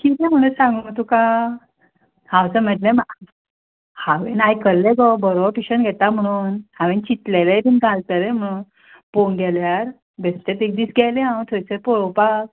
किदें म्हणून सांगूं गो तुका हांव समजलें मा हांवें आयकल्लें गो बरो टुशन घेता म्हणून हांवें चिंतलेलेंय बी घालतलें म्हणून पळोवंक गेल्यार बेस्टेत एक दीस गेलें हांव थंयसर पळोवपाक